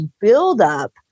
buildup